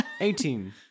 Eighteen